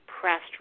pressed